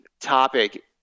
topic